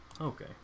Okay